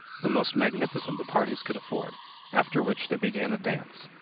the most magnificent the parties could afford after which they began a dance,